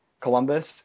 Columbus